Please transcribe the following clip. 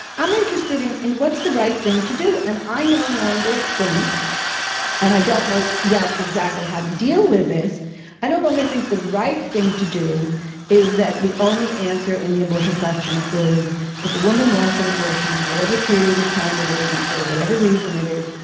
i'm interested in in what's the right thing to do. and i no longer think and i don't know yet exactly how to deal with this i no longer think the right thing to do is that the only answer in the abortion question is if a woman wants an abortion whatever period of time it is, and for whatever reason it is,